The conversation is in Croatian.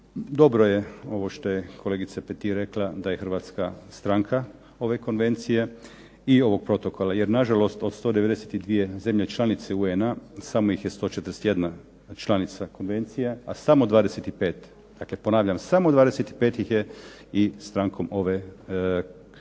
Dobro je ovo što je kolegica Petir rekla da je Hrvatska stranka ove konvencije i ovog protokola. Jer nažalost od 192 zemlje članice UN-a samo ih je 41 članica konvencije, a samo 25 dakle, ponavljam samo 25 ih je i strankom ovog